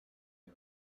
him